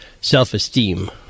self-esteem